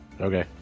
Okay